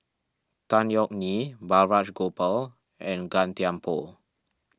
Tan Yeok Nee Balraj Gopal and Gan Thiam Poh